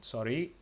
Sorry